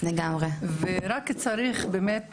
ורק צריך באמת